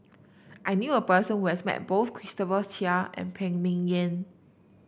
I knew a person who has met both Christopher Chia and Phan Ming Yen